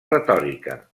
retòrica